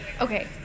Okay